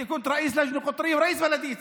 אתה היית יו"ר הוועד הארצי וראש עיריית סח'נין,